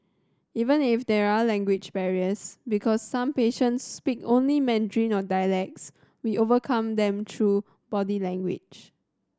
even if there are language barriers because some patients speak only Mandarin or dialects we overcome them through body language